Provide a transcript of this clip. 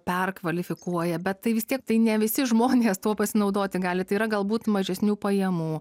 perkvalifikuoja bet tai vis tiek tai ne visi žmonės tuo pasinaudoti gali tai yra galbūt mažesnių pajamų